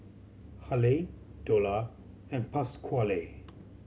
Haley Dola and Pasquale